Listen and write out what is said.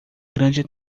grande